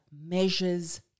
measures